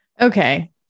Okay